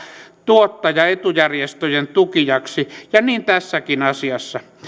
tuottajaetujärjestöjen tukijaksi ja niin tässäkin asiassa